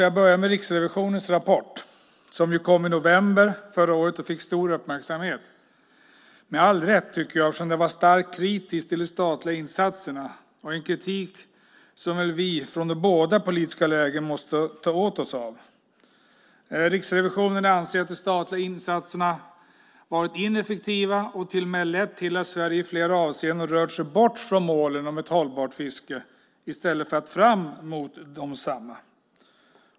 Jag börjar med Riksrevisionens rapport, som kom i november förra året och fick stor uppmärksamhet - med all rätt, tycker jag, eftersom den var starkt kritisk till de statliga insatserna. Det var en kritik som vi från de båda politiska lägren måste ta åt oss av. Riksrevisionen anser att de statliga insatserna varit ineffektiva och till och med lett till att Sverige i flera avseenden rört sig bort från målen om ett hållbart fiske i stället för fram mot desamma.